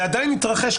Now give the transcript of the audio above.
ועדיין התרחש,